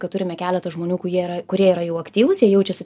kad turime keletą žmonių kujie yra kurie yra jau aktyvūs jie jaučiasi